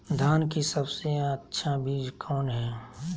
धान की सबसे अच्छा बीज कौन है?